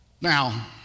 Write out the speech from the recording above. Now